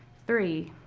three,